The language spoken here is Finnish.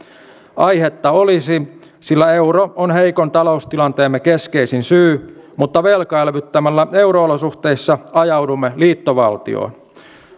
aihetta olisi sillä euro on heikon taloustilanteemme keskeisin syy mutta velkaelvyttämällä euro olosuhteissa ajaudumme liittovaltioon